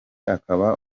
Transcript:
akaba